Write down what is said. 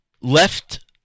left